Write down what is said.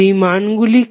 সেই মান গুলি কি